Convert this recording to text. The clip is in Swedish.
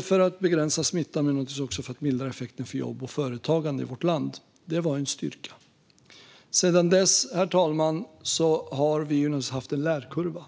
för att begränsa smittan - men naturligtvis också för att mildra effekten för jobb och företagande i vårt land - var en styrka. Sedan dess, herr talman, har vi naturligtvis haft en lärkurva.